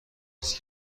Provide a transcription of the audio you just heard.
کسی